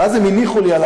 ואז הם הניחו לי,